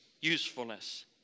usefulness